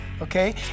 okay